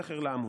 זכר לעמוד.